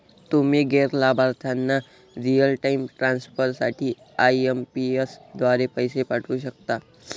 तुम्ही गैर लाभार्थ्यांना रिअल टाइम ट्रान्सफर साठी आई.एम.पी.एस द्वारे पैसे पाठवू शकता